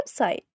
website